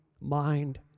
mind